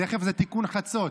תכף זה תיקון חצות.